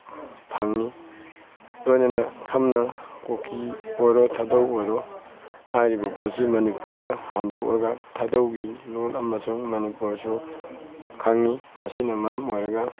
ꯐꯪꯏ ꯂꯣꯏꯅꯅ ꯁꯝꯅ ꯀꯨꯀꯤ ꯑꯣꯏꯔꯣ ꯊꯥꯗꯧ ꯑꯣꯏꯔꯣ ꯍꯥꯏꯔꯤꯕ ꯄꯣꯠꯁꯦ ꯃꯅꯤꯄꯨꯔꯗ ꯍꯟꯗꯣꯛꯑꯒ ꯊꯥꯗꯧꯒꯤ ꯂꯣꯟ ꯑꯃꯁꯨꯡ ꯃꯅꯤꯄꯨꯔꯁꯨ ꯈꯪꯏ ꯃꯁꯤꯅ ꯃꯔꯝ ꯑꯣꯏꯔꯒ